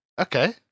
Okay